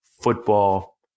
football